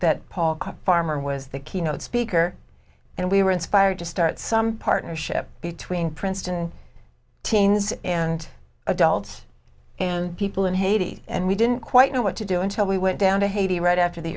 that paul farmer was the keynote speaker and we were inspired to start some partnership between princeton teens and adults and people in haiti and we didn't quite know what to do until we went down to haiti right after the